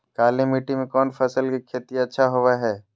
काली मिट्टी में कौन फसल के खेती अच्छा होबो है?